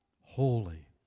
Holy